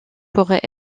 pourrait